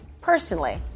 personally